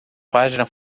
página